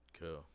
Cool